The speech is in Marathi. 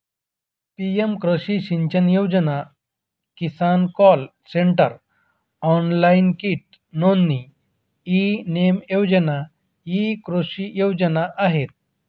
पी.एम कृषी सिंचन योजना, किसान कॉल सेंटर, ऑनलाइन कीट नोंदणी, ई नेम योजना इ कृषी योजना आहेत